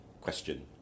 Question